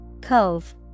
Cove